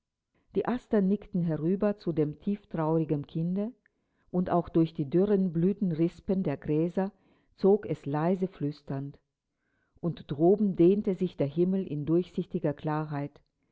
die astern nickten herüber zu dem tieftraurigen kinde und auch durch die dürren blütenrispen der gräser zog es leise flüsternd und droben dehnte sich der himmel in durchsichtiger klarheit